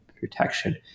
protection